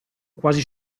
quasi